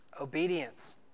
Obedience